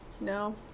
No